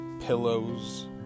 pillows